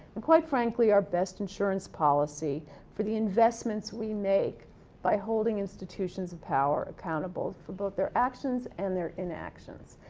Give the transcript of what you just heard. and quite frankly, our best insurance policy for the investments we make by holding institutions in power accountable for both their actions and their inactions.